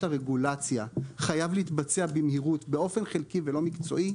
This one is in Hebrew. הרגולציה חייב להתבצע במהירות באופן חלקי ולא מקצועי,